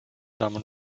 damen